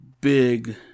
big